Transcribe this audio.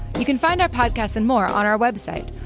you can find our podcasts and more on our website,